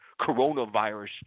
coronavirus